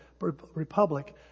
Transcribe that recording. Republic